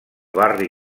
barri